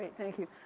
thank you.